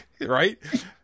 Right